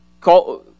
call